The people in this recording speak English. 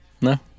No